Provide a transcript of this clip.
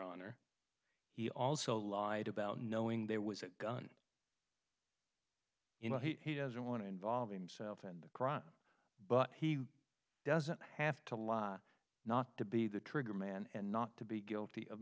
honor he also lied about knowing there was a gun he doesn't want to involve himself in the crime but he doesn't have to lie not to be the trigger man and not to be guilty of